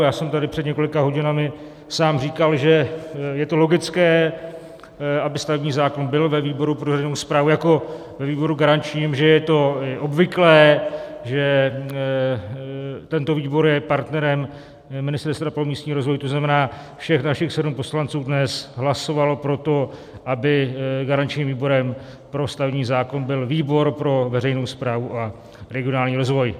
Já jsem tady před několika hodinami sám říkal, že je to logické, aby stavební zákon byl ve výboru pro veřejnou správu jako ve výboru garančním, že je to obvyklé, že tento výbor je partnerem Ministerstva pro místní rozvoj, to znamená, všech našich sedm poslanců dnes hlasovalo pro to, aby garančním výborem pro stavební zákon byl výbor pro veřejnou správu a regionální rozvoj.